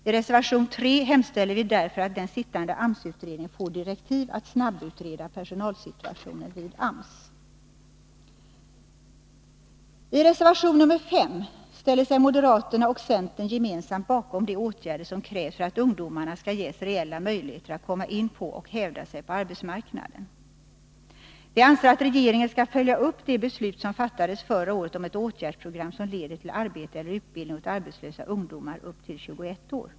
I reservation 3 hemställer vi därför att den sittande AMS-utredningen får direktiv att snabbutreda personalsituationen vid AMS. I reservation nr 5 ställer sig moderaterna och centern gemensamt bakom de åtgärder som krävs för att ungdomarna skall ges reella möjligheter att komma in på och hävda sig på arbetsmarknaden. Vi anser att regeringen skall följa upp det beslut som fattades förra året om ett åtgärdsprogram, som leder till arbete eller utbildning åt arbetslösa ungdomar upp till 21 år.